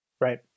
Right